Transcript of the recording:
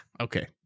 okay